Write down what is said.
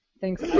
Thanks